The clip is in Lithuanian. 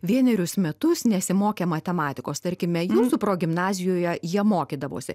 vienerius metus nesimokę matematikos tarkime jūsų progimnazijoje jie mokydavosi